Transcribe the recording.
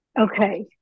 Okay